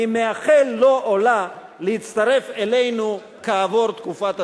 אני מאחל לו או לה להצטרף אלינו כעבור תקופת הצינון.